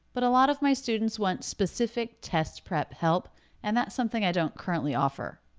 but a lot of my students want specific test prep help and that's something i don't currently offer.